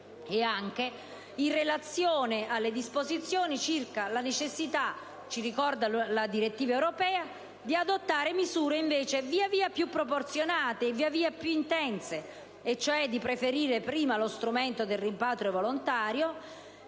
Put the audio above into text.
e anche in relazione alle disposizioni circa a necessità - ci ricorda la direttiva europea - di adottare misure invece via via più proporzionate e più intense, e cioè di preferire lo strumento del rimpatrio volontario